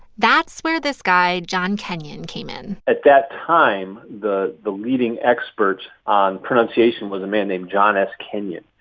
that's where this guy john kenyon came in at that time, the the leading expert on pronunciation was a man named john s. kenyon,